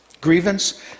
grievance